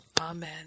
Amen